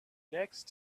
next